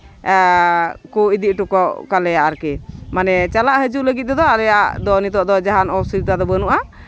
ᱠᱚ ᱤᱫᱤ ᱦᱚᱴᱚ ᱠᱟᱞᱮᱭᱟ ᱟᱨᱠᱤ ᱢᱟᱱᱮ ᱪᱟᱞᱟᱜ ᱦᱤᱡᱩᱜ ᱞᱟᱹᱜᱤᱫ ᱛᱮᱫᱚ ᱟᱞᱮᱭᱟᱜ ᱫᱚ ᱱᱤᱛᱚᱜ ᱫᱚ ᱡᱟᱦᱟᱱ ᱚᱥᱩᱵᱤᱫᱟ ᱫᱚ ᱵᱟᱹᱱᱩᱜᱼᱟ